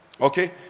okay